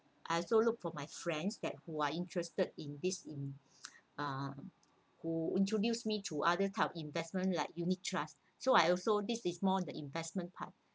I also looked for my friends that who are interested in this in uh who introduced me to other type of investment like unit trust so I also this is more the investment part